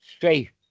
safe